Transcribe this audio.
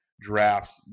drafts